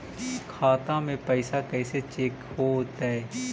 खाता में पैसा कैसे चेक हो तै?